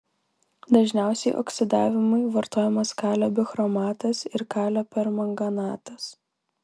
dažniausiai oksidavimui vartojamas kalio bichromatas ir kalio permanganatas